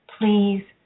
please